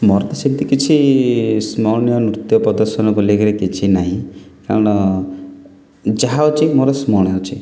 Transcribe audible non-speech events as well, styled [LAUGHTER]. ମୋର ତ ସେମିତି କିଛି ସ୍ମରଣୀୟ ନୃତ୍ୟ ପ୍ରଦର୍ଶନ ବୋଲିକିରି କିଛି ନାହିଁ କାରଣ ଯାହା ଅଛି ମୋର [UNINTELLIGIBLE] ଅଛି